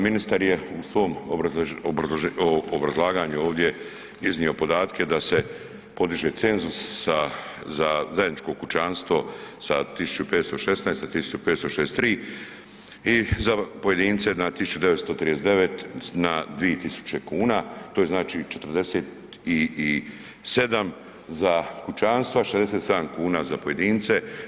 Ministar je u svom obrazlaganju ovdje iznio podatke da se podiže cenzus za zajedničko kućanstvo sa 1.516 na 1.563 i za pojedince na 1.939 na 2.000 kuna to je znači 47 za kućanstva, 67 kuna za pojedince.